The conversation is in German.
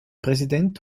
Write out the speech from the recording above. präsident